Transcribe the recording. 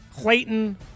Clayton